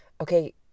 Okay